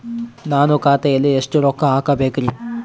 ನಾನು ಖಾತೆಯಲ್ಲಿ ಎಷ್ಟು ರೊಕ್ಕ ಹಾಕಬೇಕ್ರಿ?